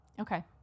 Okay